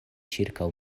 ĉirkaŭ